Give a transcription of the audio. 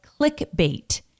clickbait